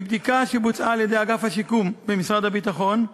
מבדיקה שבוצעה על-ידי אגף השיקום במשרד הביטחון,